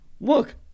Look